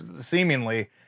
seemingly